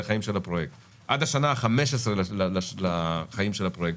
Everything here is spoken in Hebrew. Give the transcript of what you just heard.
החיים של הפרויקט לשנה ה-15 לחיים של הפרויקט,